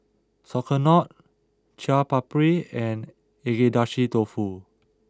Sauerkraut Chaat Papri and Agedashi Dofu